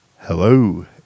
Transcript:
Hello